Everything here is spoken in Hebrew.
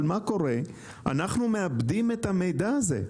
אבל מה שקורה הוא שאנחנו מאבדים את המידע הזה.